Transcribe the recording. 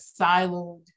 siloed